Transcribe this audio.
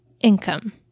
income